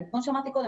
כמו שאמרתי קודם,